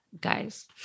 guys